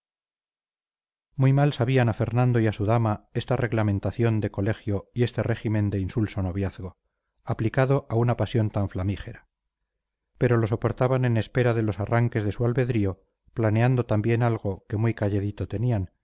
muy mal sabían a fernando y a su dama esta reglamentación de colegio y este régimen de insulso noviazgo aplicado a una pasión tan flamígera pero lo soportaban en espera de los arranques de su albedrío planeando también algo que muy calladito tenían